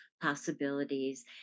possibilities